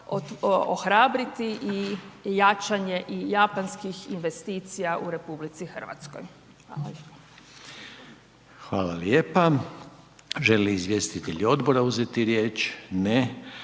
ohrabriti i jačanje i japanskih investicija u RH. Hvala. **Reiner, Željko (HDZ)** Hvala lijepa. Žele li izvjestitelji odbora uzeti riječ? Ne.